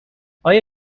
آیا